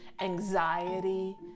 anxiety